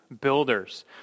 builders